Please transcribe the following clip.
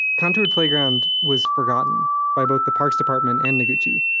contoured playground was forgotten by both the parks department and noguchi.